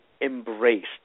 embraced